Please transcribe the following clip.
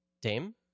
Dame